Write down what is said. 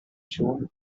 shown